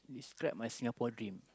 describe my Singaporean dream